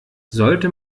sollte